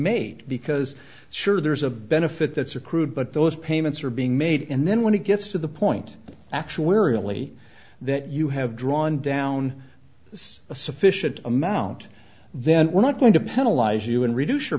made because sure there's a benefit that's accrued but those payments are being made and then when it gets to the point actuarially that you have drawn down a sufficient amount then we're not going to penalize you and reduce your